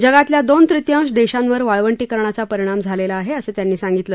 जगातल्या दोन तृतीयांश देशांवर वाळवंटीकरणाचा परिणाम झालेला आहे असं त्यांनी सांगितलं